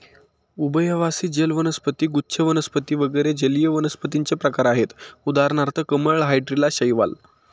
उभयवासी जल वनस्पती, गुच्छ वनस्पती वगैरे जलीय वनस्पतींचे प्रकार आहेत उदाहरणार्थ कमळ, हायड्रीला, शैवाल